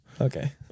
okay